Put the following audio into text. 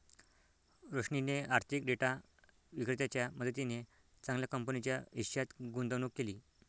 रोशनीने आर्थिक डेटा विक्रेत्याच्या मदतीने चांगल्या कंपनीच्या हिश्श्यात गुंतवणूक केली